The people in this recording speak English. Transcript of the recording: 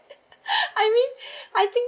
I mean I think